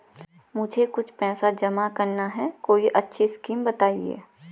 मुझे कुछ पैसा जमा करना है कोई अच्छी स्कीम बताइये?